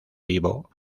vivo